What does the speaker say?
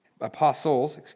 apostles